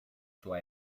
sua